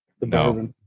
No